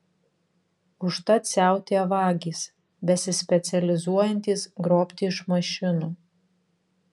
užtat siautėja vagys besispecializuojantys grobti iš mašinų